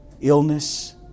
illness